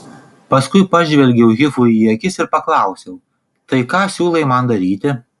paskui pažvelgiau hifui į akis ir paklausiau tai ką siūlai man daryti